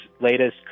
latest